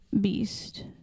beast